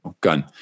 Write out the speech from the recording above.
gun